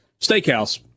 steakhouse